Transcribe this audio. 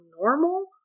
normal